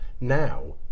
now